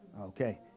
Okay